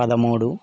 పదమూడు